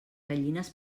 gallines